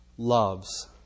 loves